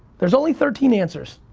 there's only thirteen answers.